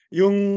yung